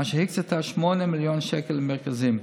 אשר הקצתה 8 מיליון שקל למרכזים.